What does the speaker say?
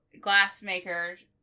glassmaker